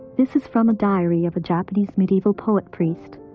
this is from a diary of a japanese medieval poet priest,